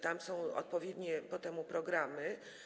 Tam są odpowiednie ku temu programy.